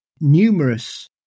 numerous